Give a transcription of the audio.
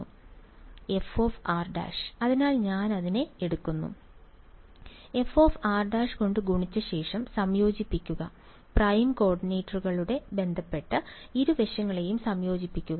fr′ അതിനാൽ ഞാൻ അവനെ എടുക്കുന്നു fr′ കൊണ്ട് ഗുണിച്ച ശേഷം സംയോജിപ്പിക്കുക പ്രൈം കോർഡിനേറ്റുകളുമായി ബന്ധപ്പെട്ട് ഇരുവശങ്ങളെയും സംയോജിപ്പിക്കുക